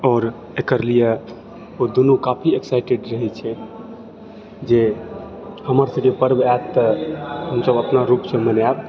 आओर एकर लिए ओ दुनू काफी एक्साइटेड रहै छै जे हमर सबके पर्व आएत तऽ हमसभ अपना रूपसँ मनाएब